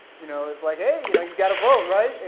you know, it's like hey, you know you gotta vote, right. and